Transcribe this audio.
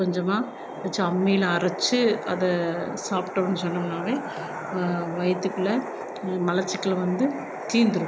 கொஞ்சமாக வச்சு அம்மியில் அரைச்சு அதை சாப்பிட்டோன்னு சொன்னோம்னால் வயிற்றுக்குள்ள மலச்சிக்கல் வந்து தீந்துடும்